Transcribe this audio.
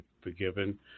forgiven